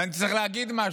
ואני צריך להגיד משהו,